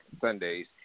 Sundays